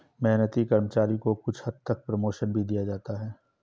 मेहनती कर्मचारी को कुछ हद तक प्रमोशन भी दिया जाता है